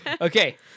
Okay